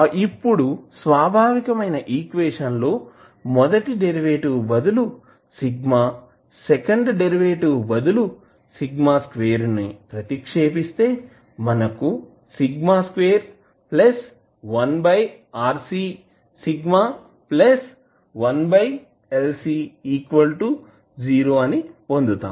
ఇప్పుడు స్వాభావికమైన ఈక్వేషన్ లో మొదటి డెరివేటివ్ బదులు σ సెకండ్ డెరివేటివ్ బదులు α2 ను ప్రతిక్షేపిస్తే మనం σ2 1RC σ 1LC 0 ను పొందుతాము